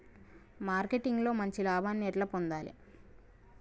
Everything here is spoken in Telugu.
మార్కెటింగ్ లో మంచి లాభాల్ని ఎట్లా పొందాలి?